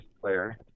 player